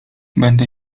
będę